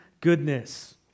goodness